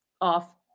off